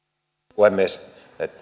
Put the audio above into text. puhemies